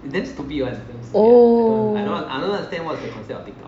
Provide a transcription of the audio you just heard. oh